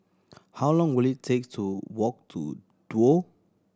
how long will it take to walk to Duo